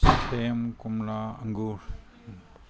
ꯁꯦꯝ ꯀꯣꯝꯂꯥ ꯑꯪꯒꯨꯔ